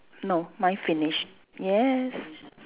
no mine finish yes